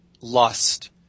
Lust